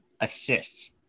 assists